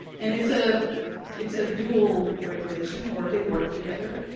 and it's ah it's a duel regulation, or they work together.